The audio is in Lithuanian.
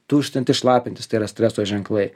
tuštintis šlapintis tai yra streso ženklai